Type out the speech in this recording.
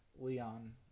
Leon